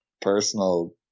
personal